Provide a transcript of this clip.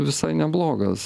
visai neblogas